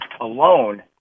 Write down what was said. alone